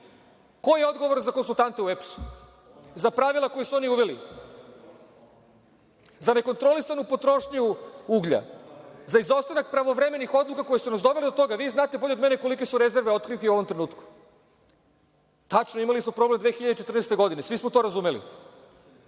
Ko je odgovoran za konsultante u EPS-u, za pravila koja su oni uveli, za nekontrolisanu potrošnju uglja, za izostanak pravovremenih odluka koje su nas dovele do toga? Vi znate bolje od mene kolike su rezerve otkrivki u ovom trenutku. Tačno je, imali smo problem 2014. godine, svi smo to razumeli.